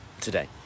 today